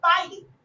fighting